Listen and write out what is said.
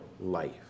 life